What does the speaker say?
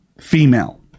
female